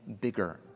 bigger